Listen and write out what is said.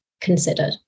considered